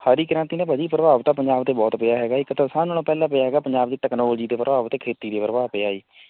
ਹਰੀ ਕ੍ਰਾਂਤੀ ਨਾਲ ਭਾਅ ਜੀ ਪ੍ਰਭਾਵ ਤਾਂ ਪੰਜਾਬ 'ਤੇ ਬਹੁਤ ਪਿਆ ਹੈਗਾ ਇੱਕ ਤਾਂ ਸਭ ਨਾਲੋਂ ਪਹਿਲਾਂ ਪਿਆ ਹੈਗਾ ਪੰਜਾਬ ਦੀ ਟੈਕਨੋਲਜੀ 'ਤੇ ਪ੍ਰਭਾਵ ਅਤੇ ਖੇਤੀ 'ਤੇ ਪ੍ਰਭਾਵ ਪਿਆ ਹੈ ਜੀ